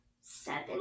seven